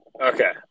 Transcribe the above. Okay